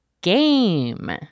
GAME